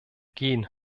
gehen